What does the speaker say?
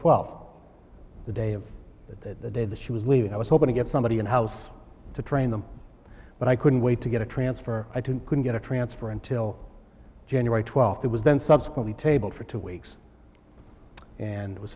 that the day that she was leaving i was hoping to get somebody in house to train them but i couldn't wait to get a transfer i didn't couldn't get a transfer until january twelfth that was then subsequently table for two weeks and it was